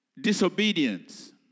disobedience